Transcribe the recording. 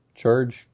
charge